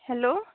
hello